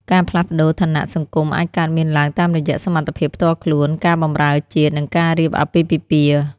ការផ្លាស់ប្តូរឋានៈសង្គមអាចកើតមានឡើងតាមរយៈសមត្ថភាពផ្ទាល់ខ្លួន ការបម្រើជាតិ និងការរៀបអាពាហ៍ពិពាហ៍។